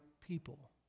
people